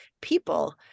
people